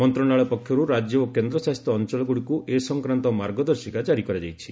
ମନ୍ତ୍ରଣାଳୟ ପକ୍ଷର୍ ରାଜ୍ୟ ଓ କେନ୍ଦ୍ ଶାସିତ ଅଞ୍ଚଳଗୁଡ଼ିକୁ ଏ ସଂକ୍ରାନ୍ତ ମାର୍ଗଦର୍ଶିକା ଜାରି କରାଯାଇଛି